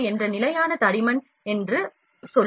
15 என்ற நிலையான தடிமன் என்று சொல்கிறேன்